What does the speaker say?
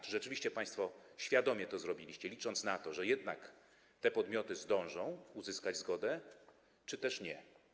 Czy rzeczywiście państwo świadomie to zrobiliście, licząc na to, że jednak te podmioty zdążą uzyskać zgodę, czy też nie?